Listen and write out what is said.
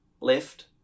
left